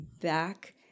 back